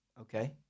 Okay